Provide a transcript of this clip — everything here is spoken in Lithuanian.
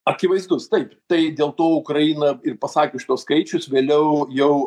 akivaizdus taip tai dėl to ukraina ir pasakius šituos skaičius vėliau jau